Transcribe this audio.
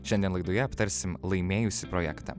šiandien laidoje aptarsim laimėjusį projektą